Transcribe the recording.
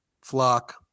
flock